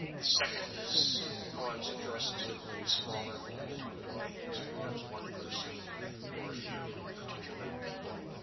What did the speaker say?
the second is poems addressed to a smaller, more intimate audience, perhaps one person or a few particular people.